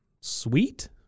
sweet